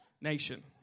Nation